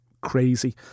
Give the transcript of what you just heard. crazy